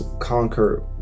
conquer